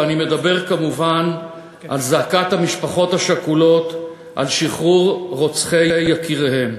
ואני מדבר כמובן על זעקת המשפחות השכולות על שחרור רוצחי יקיריהן.